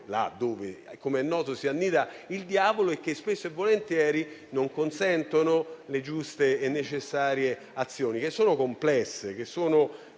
in cui - come è noto - si annida il diavolo e che, spesso e volentieri, non consentono le giuste e necessarie azioni, che sono complesse e tanto